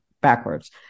backwards